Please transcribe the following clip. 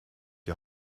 die